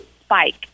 Spike